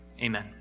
Amen